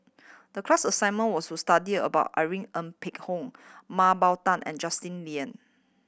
the class assignment was to study about Irene Ng Phek Hoong Mah Bow Tan and Justin Lean